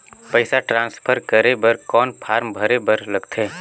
पईसा ट्रांसफर करे बर कौन फारम भरे बर लगथे?